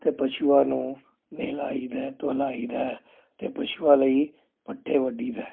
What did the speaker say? ਅਤੇ ਪਸ਼ੂਆਂ ਨੂੰ ਨਹਿਲਾਈ ਦਾ ਧੁਲਾਈਦਾ ਅਤੇ ਪਸ਼ੂਆਂ ਲਈ ਪੱਠੇ ਵੱਢੀਦੇ